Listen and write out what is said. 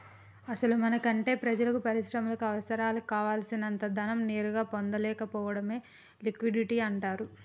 అసలు మనకి అంటే ప్రజలకు పరిశ్రమలకు అవసరాలకు కావాల్సినంత ధనం నేరుగా పొందలేకపోవడమే లిక్విడిటీ అంటారు